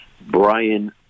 Brian